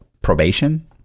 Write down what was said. probation